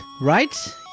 Right